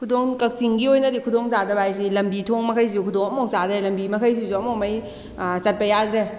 ꯈꯨꯗꯣꯡ ꯀꯛꯆꯤꯡꯒꯤ ꯑꯣꯏꯅꯗꯤ ꯈꯨꯗꯣꯡ ꯆꯥꯗꯕ ꯍꯥꯏꯁꯤ ꯂꯝꯕꯤ ꯊꯣꯡ ꯃꯈꯩꯁꯤ ꯈꯨꯗꯣꯡ ꯑꯝꯕꯣꯛ ꯆꯥꯗ꯭ꯔꯦ ꯂꯝꯕꯤ ꯃꯈꯩꯁꯤꯁꯨ ꯑꯃꯣꯃꯩ ꯆꯠꯄ ꯌꯥꯗ꯭ꯔꯦ